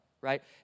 right